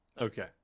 Okay